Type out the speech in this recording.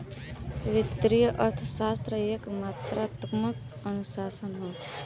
वित्तीय अर्थशास्त्र एक मात्रात्मक अनुशासन हौ